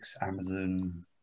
Amazon